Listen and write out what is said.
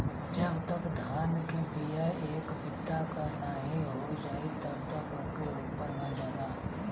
जब तक धान के बिया एक बित्ता क नाहीं हो जाई तब तक ओके रोपल ना जाला